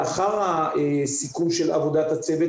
לאחר הסיכום של עבודת הצוות,